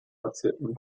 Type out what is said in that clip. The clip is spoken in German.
verzierten